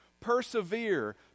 persevere